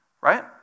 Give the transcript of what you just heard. right